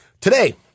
Today